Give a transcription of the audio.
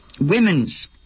women's